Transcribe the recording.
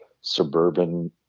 suburban